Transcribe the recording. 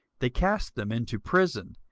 they cast them into prison,